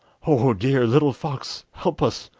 oh, dear little fox, help us,